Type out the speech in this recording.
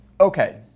okay